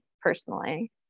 personally